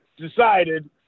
decided